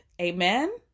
Amen